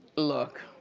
look,